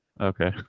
Okay